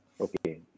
okay